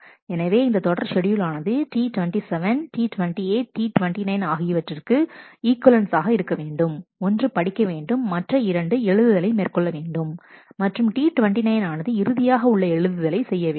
எனவே இந்த தொடர் ஷெட்யூல் ஆனது T27 T28 T29 ஆகியவற்றிற்கு ஈக்வலன்ஸ்ஆக இருக்க வேண்டும் ஒன்று படிக்க வேண்டும் மற்ற இரண்டு எழுதுதலை மேற்கொள்ள வேண்டும் மற்றும் T29 ஆனது இறுதியாக உள்ள எழுதலை செய்ய வேண்டும்